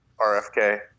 RFK